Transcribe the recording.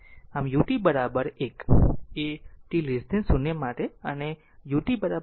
આમ u t 1એ t 0 માટે અને u t 0 માટે t 0